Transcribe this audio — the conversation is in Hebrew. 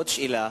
עוד שאלה: